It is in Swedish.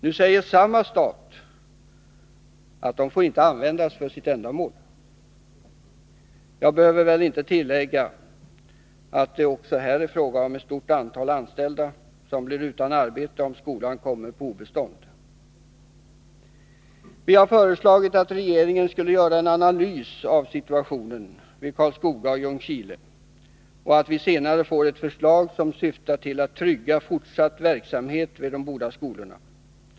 Nu säger samma stat att de lokalerna inte får användas för sitt ändamål. Jag behöver väl inte tillägga att det också här är fråga om ett stort antal anställda, som blir utan arbete om skolan kommer på obestånd. Vi har föreslagit att regeringen skulle göra en analys av situationen vid Karlskoga och Ljungskile folkhögskolor och att vi senare skulle få ett förslag, som syftar till att trygga fortsatt verksamhet vid de båda skolorna.